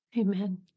Amen